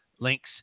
Links